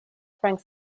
frank